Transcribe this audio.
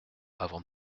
avant